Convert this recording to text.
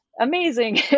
amazing